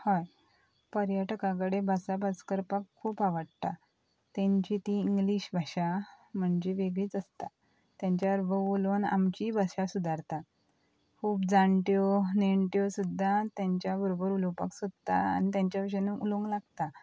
हय पर्यटका कडेन भासाभास करपाक खूब आवडटा तेंची ती इंग्लीश भाशा म्हणजे वेगळीच आसता तेंच्या बराबर उलोवन आमचीय भाशा सुदारता खूब जाणट्यो नेण्ट्यो सुद्दां तेंच्या बरोबर उलोवपाक सोदता आनी तेंच्या भशेन उलोवंक लागता